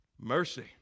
mercy